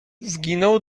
zginął